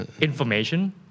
information